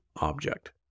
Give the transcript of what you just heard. object